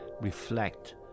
reflect